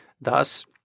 Thus